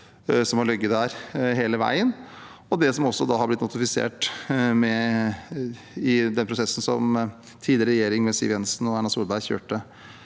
som har ligget der hele veien, og det som også har blitt notifisert i den prosessen som tidligere regjering, med Siv Jensen og Erna Solberg, kjørte